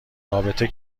رابطه